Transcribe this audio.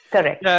Correct